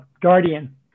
Guardian